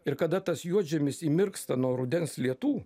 ir kada tas juodžemis įmirksta nuo rudens lietų